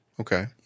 Okay